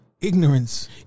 Ignorance